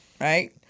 Right